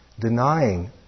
denying